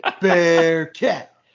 Bearcat